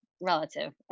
relative